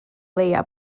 leia